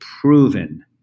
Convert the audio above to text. proven